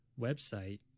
website